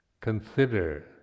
consider